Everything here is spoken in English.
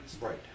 Right